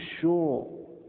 sure